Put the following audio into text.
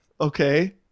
Okay